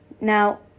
Now